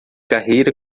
carreira